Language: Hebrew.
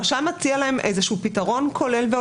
הרשם מציע להם איזשהו פתרון כולל.